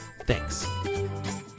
Thanks